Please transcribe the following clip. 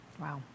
wow